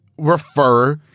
refer